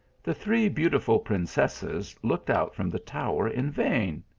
the three beautiful princesses looked out from the tower in vain.